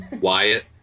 Wyatt